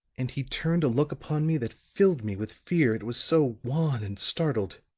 and he turned a look upon me that filled me with fear, it was so wan and startled.